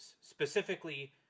specifically